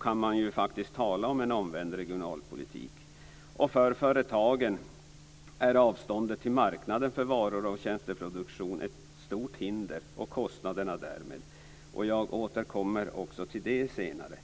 kan man faktiskt tala om en omvänd regionalpolitik. För företagen är avståndet till marknaden för varu och tjänsteproduktion ett stort hinder och därmed också kostnaderna. Jag återkommer till det senare.